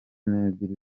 n’ebyiri